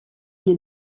una